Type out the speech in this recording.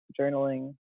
journaling